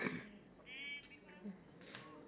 you already get the regular customers